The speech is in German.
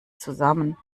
zusammen